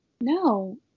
no